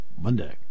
Monday